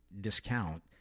discount